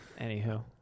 anywho